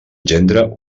gendre